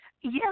Yes